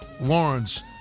Lawrence